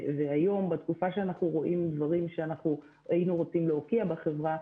והיום בתקופה שאנחנו רואים דברים שאנחנו היינו רוצים להוקיע בחברה,